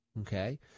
Okay